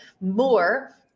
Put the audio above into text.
more